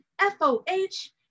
f-o-h